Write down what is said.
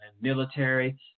military